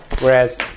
Whereas